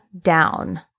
down